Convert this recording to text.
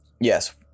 yes